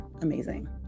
amazing